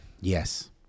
Yes